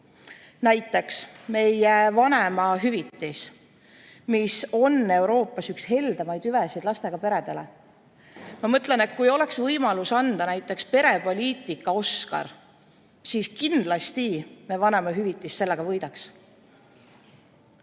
näiteks meie vanemahüvitis on Euroopas üks heldemaid hüvesid lastega peredele. Ma mõtlen, et kui oleks võimalus anda näiteks perepoliitika Oscar, siis meie vanemahüvitis selle kindlasti